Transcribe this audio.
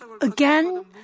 again